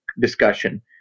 discussion